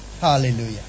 Hallelujah